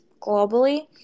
globally